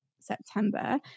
September